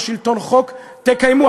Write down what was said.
יש שלטון חוק, תקיימו.